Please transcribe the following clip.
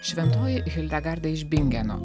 šventoji hildegarda iš bingeno